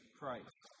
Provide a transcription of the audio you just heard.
Christ